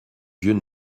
vieux